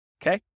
Okay